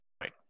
Right